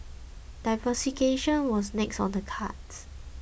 diversification was next on the cards